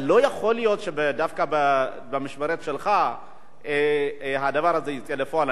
אבל לא יכול להיות שדווקא במשמרת שלך הדבר הזה יצא לפועל.